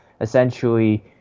essentially